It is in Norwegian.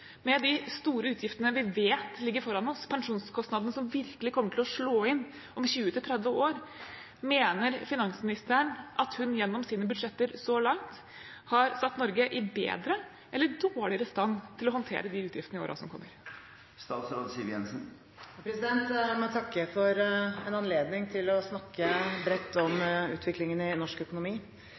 Med de store utgiftene vi vet ligger foran oss, pensjonskostnadene som virkelig kommer til å slå inn om 20–30 år, mener finansministeren at hun gjennom sine budsjetter så langt har satt Norge i bedre eller dårligere stand til å håndtere de utgiftene i årene som kommer? Jeg må takke for en anledning til å snakke bredt om utviklingen i norsk økonomi.